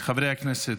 חברי הכנסת,